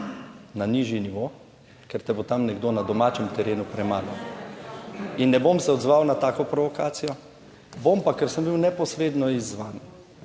na nižji nivo, ker te bo tam nekdo na domačem terenu premagal. In ne bom se odzval na tako provokacijo. Bom pa, ker sem bil neposredno izzvan